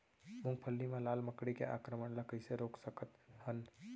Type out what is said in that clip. मूंगफली मा लाल मकड़ी के आक्रमण ला कइसे रोक सकत हन?